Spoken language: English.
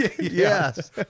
Yes